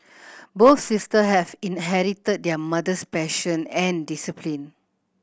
both sister have inherited their mother's passion and discipline